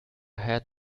had